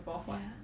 ya